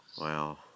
Wow